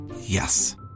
Yes